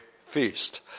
feast